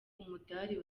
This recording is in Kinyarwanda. umudali